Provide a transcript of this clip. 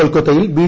കൊൽക്കത്തയിൽ ബി